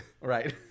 Right